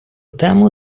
тему